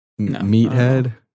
meathead